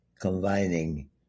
combining